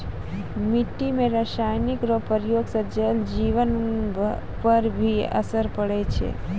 मिट्टी मे रासायनिक रो प्रयोग से जल जिवन पर भी असर पड़ै छै